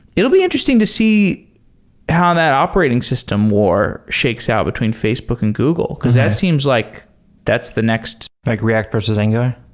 it'll be interesting to see how that operating system war shakes out between facebook and google, because that it seems like that's the next like react versus angular?